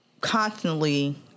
constantly